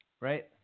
right